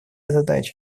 задача